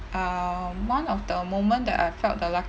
um one of the moment that I felt the